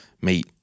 meet